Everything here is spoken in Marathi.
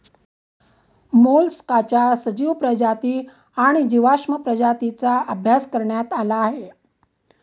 मोलस्काच्या सजीव प्रजाती आणि जीवाश्म प्रजातींचा अभ्यास करण्यात आला आहे